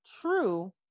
true